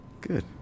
Good